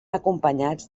acompanyats